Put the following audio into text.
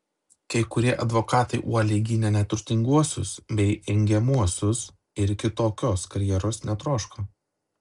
kai kurie advokatai uoliai gynė neturtinguosius bei engiamuosius ir kitokios karjeros netroško